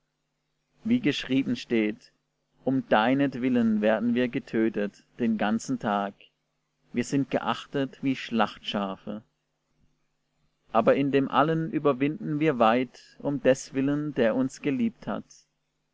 wie geschrieben steht um deinetwillen werden wir getötet den ganzen tag wir sind geachtet wie schlachtschafe aber in dem allem überwinden wir weit um deswillen der uns geliebt hat